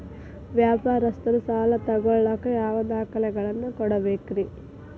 ವ್ಯಾಪಾರಸ್ಥರು ಸಾಲ ತಗೋಳಾಕ್ ಯಾವ ದಾಖಲೆಗಳನ್ನ ಕೊಡಬೇಕ್ರಿ?